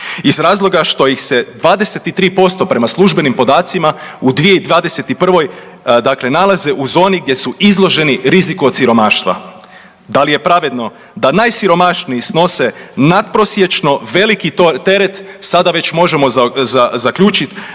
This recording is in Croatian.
Iz razloga što ih se 23% prema službenim podacima u 2021. dakle nalaze u zoni gdje su izloženi riziku od siromaštva. Dali je pravedno da najsiromašniji snose nadprosječno veliki teret sada već možemo zaključiti